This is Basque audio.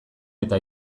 eta